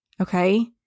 Okay